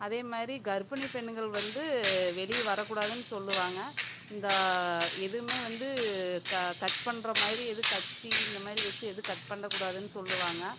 அதே மாதிரி கர்ப்பிணி பெண்கள் வந்து வெளியே வரக் கூடாதுன்னு சொல்லுவாங்க இந்த எதுவும் வந்து க கட் பண்ணுற மாதிரி எது கத்தி இந்த மாதிரி வச்சு எதுவும் கட் பண்ணக் கூடாதுன்னு சொல்லுவாங்க